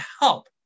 help